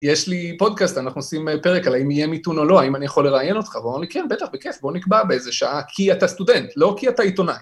יש לי פודקאסט, אנחנו עושים פרק עליה, אם יהיה מיתון או לא, האם אני יכול לראיין אותך, בוא נקרא, בטח, בכיף, בוא נקבע באיזה שעה, כי אתה סטודנט, לא כי אתה עיתונאי.